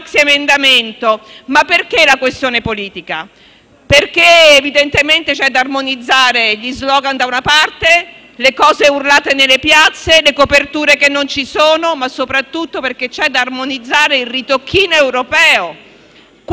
Questo è il punto e il nodo politico. I tecnici devono oggi trovare una quadra rispetto al ritocchino di Bruxelles, perché non ci nascondiamo che di questa manovra ne sa più Bruxelles che questo Parlamento italiano;